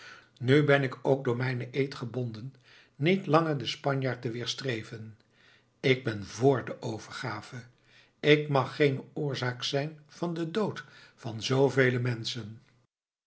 nu ben ik ook door mijnen eed gebonden niet langer den spanjaard te weerstreven ik ben vr de overgave ik mag geene oorzaak zijn van den dood van zoovele menschen